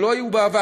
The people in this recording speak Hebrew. שלא היו בעבר,